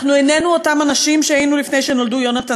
אנחנו איננו אותם אנשים שהיינו לפני שנולדו יונתן,